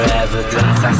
evidence